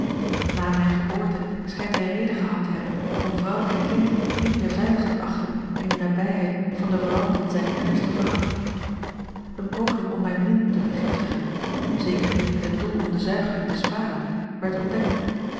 na mijne geboorte schijnt hij reden gehad te hebben om vrouw en kind niet meer veilig te achten in de nabijheid van de verwanten zijner eerste vrouw eene poging om mijne min te vergiftigen zeker niet met het doel om de zuigeling te sparen werd ontdekt